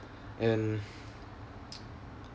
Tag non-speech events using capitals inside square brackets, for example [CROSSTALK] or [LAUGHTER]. and [NOISE]